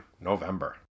November